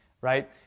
right